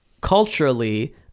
culturally